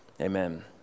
Amen